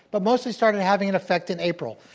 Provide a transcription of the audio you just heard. but mostly started having an effect in april.